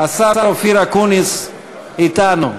אופיר אקוניס אתנו.